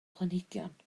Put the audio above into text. planhigion